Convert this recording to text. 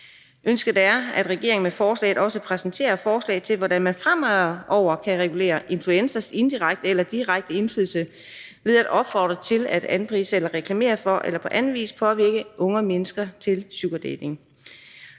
Ønsket er, at regeringen med forslaget også præsenterer forslag til, hvordan man fremover kan regulere influenceres indirekte eller direkte indflydelse ved at opfordre til, anprise, reklamere for eller på anden vis påvirke unge mennesker til sugardating.